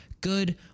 good